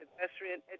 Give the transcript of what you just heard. pedestrian